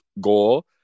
goal